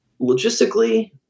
logistically